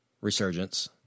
resurgence